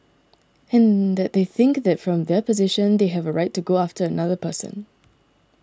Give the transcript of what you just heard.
and that they think that from their position they have a right to go after another person